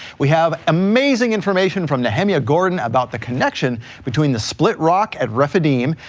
we have amazing information from the nehemiah gordon about the connection between the split rock at rephidim,